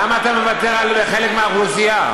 למה אתה מוותר על חלק מהאוכלוסייה?